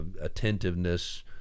attentiveness